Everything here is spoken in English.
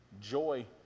Joy